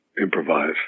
improvise